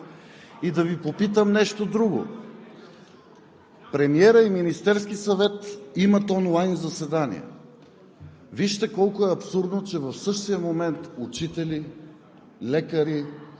в същия момент всички ние сме тук, нямаме онлайн заседания? И да Ви попитам нещо друго: премиерът и Министерският съвет имат онлайн заседания,